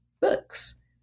books